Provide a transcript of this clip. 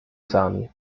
esami